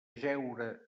jeure